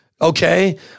okay